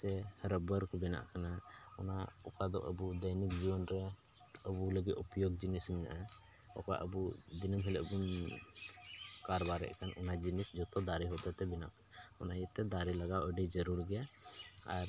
ᱥᱮ ᱨᱟᱵᱽᱵᱟᱨ ᱠᱚ ᱵᱮᱱᱟᱜ ᱠᱟᱱᱟ ᱚᱱᱟ ᱚᱠᱟ ᱫᱚ ᱟᱵᱚ ᱫᱚᱭᱱᱤᱠ ᱡᱤᱭᱚᱱ ᱨᱮ ᱟᱵᱚ ᱞᱟᱹᱜᱤᱫ ᱩᱯᱭᱳᱜᱽ ᱡᱤᱱᱤᱥ ᱢᱮᱱᱟᱜᱼᱟ ᱚᱠᱟ ᱟᱵᱚ ᱫᱤᱱᱟᱹᱢ ᱦᱤᱞᱳᱜ ᱵᱚᱱ ᱠᱟᱨᱵᱟᱨᱮᱜ ᱠᱟᱱ ᱚᱱᱟ ᱡᱤᱱᱤᱥ ᱡᱚᱛᱚ ᱫᱟᱨᱮ ᱦᱚᱛᱮᱡ ᱛᱮ ᱵᱮᱱᱟᱜ ᱠᱟᱱᱟ ᱚᱱᱟ ᱤᱭᱟᱹᱛᱮ ᱫᱟᱨᱮ ᱞᱟᱜᱟᱣ ᱟᱹᱰᱤ ᱡᱟᱹᱨᱩᱲ ᱜᱮᱭᱟ ᱟᱨ